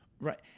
Right